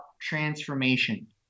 transformation